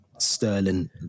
Sterling